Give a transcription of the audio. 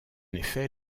effet